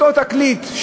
אותו תקליט,